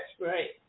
Right